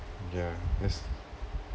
ya that's